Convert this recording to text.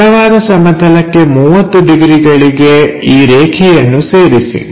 ಅಡ್ಡವಾದ ಸಮತಲಕ್ಕೆ 30ಡಿಗ್ರಿಗಳಿಗೆ ಈ ರೇಖೆಯನ್ನು ಸೇರಿಸಿ